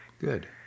Good